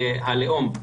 הלאום,